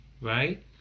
right